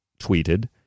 tweeted